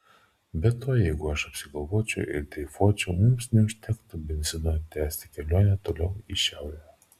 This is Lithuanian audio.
be to jeigu aš apsigalvočiau ir dreifuočiau mums neužtektų benzino tęsti kelionę toliau į šiaurę